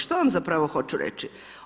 Što vam zapravo hoću reći?